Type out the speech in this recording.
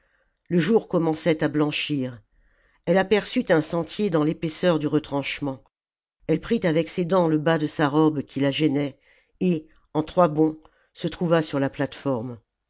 le jour commençait à blanchir elle aperçut un sentier dans l'épaisseur du retranchement elle prit avec ses dents le bas de sa robe qui la gênait et en trois bonds se trouva sur la plate-forme